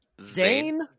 Zane